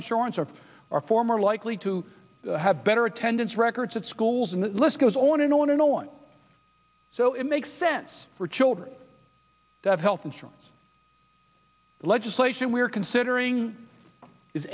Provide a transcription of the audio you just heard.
insurance or are former are likely to have better attendance records at schools in the list goes on and on and on so it makes sense for children to have health insurance legislation we're considering is